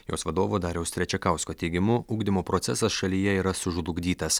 jos vadovo dariaus trečiakausko teigimu ugdymo procesas šalyje yra sužlugdytas